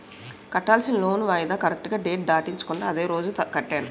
కట్టాల్సిన లోన్ వాయిదా కరెక్టుగా డేట్ దాటించకుండా అదే రోజు కట్టాను